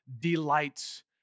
delights